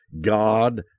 God